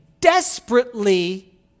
desperately